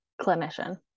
clinician